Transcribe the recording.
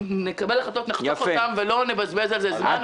נקבל החלטות ולא נבזבז על זה זמן.